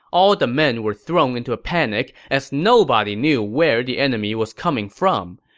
all the men were thrown into a panic as nobody knew where the enemy was coming from.